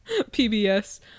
PBS